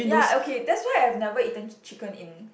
ya okay that why I have never eaten chicken in